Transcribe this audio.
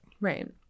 Right